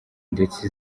ndetse